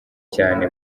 cyane